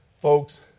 Folks